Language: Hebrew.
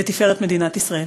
לתפארת מדינת ישראל.